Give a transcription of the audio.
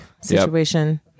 situation